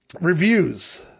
Reviews